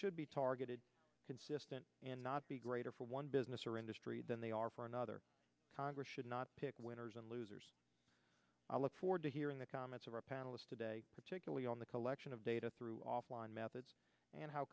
should be targeted consistent and not be greater for one business or industry than they are for another congress should not pick winners and losers i look forward to hearing the comments of our panelists today particularly on the collection of data through offline methods and how